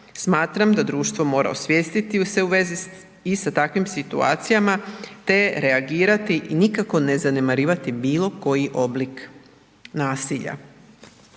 Smatram da društvo mora osvijestiti se u vezi s i sa takvim situacijama te reagirati i nikako ne zanemarivati bilo koji oblik nasilja.